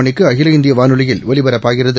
மணிக்கு அகில இந்திய வானொலியில் ஒலிபரப்பாகிறது